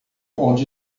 onde